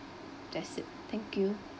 that's it thank you